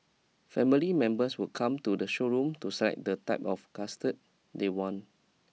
family members would come to the showroom to select the type of cutard they want